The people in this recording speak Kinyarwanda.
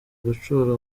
gucura